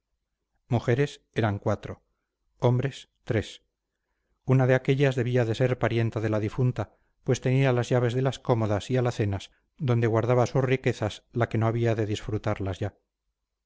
mujeres eran cuatro hombres tres una de aquellas debía de ser parienta de la difunta pues tenía las llaves de las cómodas y alacenas donde guardaba sus riquezas la que no había de disfrutarlas ya